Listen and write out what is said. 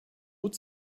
note